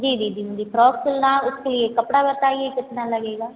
जी दीदी मुझे फ्रॉक़ सिलना है उसके लिए कपड़ा बताइए कितना लगेगा